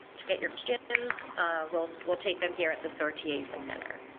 to get your skin's will will take them here at the sortie a center.